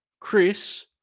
Chris